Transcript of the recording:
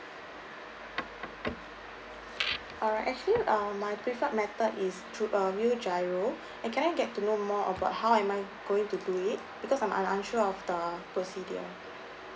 uh actually uh my preferred method is though uh via giro and can I get to know more about how am I going to do it because I'm unsure of the procedure